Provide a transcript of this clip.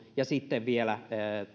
ja sitten vielä